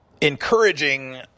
encouraging